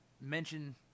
mention